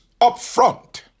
upfront